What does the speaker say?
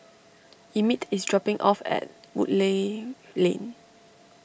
Emmitt is dropping off at Woodleigh Lane